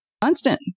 constant